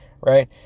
right